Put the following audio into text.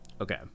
Okay